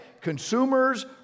Consumers